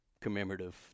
commemorative